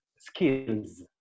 skills